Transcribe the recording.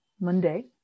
Monday